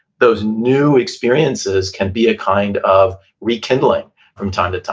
those new experiences can be a kind of rekindling from time to time.